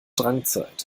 drangzeit